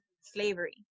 slavery